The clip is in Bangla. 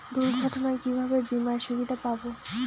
দুর্ঘটনায় কিভাবে বিমার সুবিধা পাব?